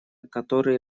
который